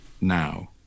now